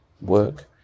work